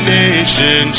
nation